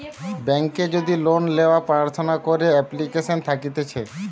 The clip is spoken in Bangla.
বেংকে যদি লোন লেওয়ার প্রার্থনা করে এপ্লিকেশন থাকতিছে